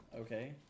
Okay